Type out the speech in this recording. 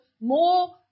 more